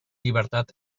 llibertat